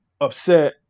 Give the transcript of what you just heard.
upset